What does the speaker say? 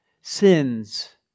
sins